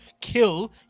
kill